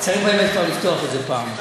צריך באמת כבר לפתוח את זה פעם.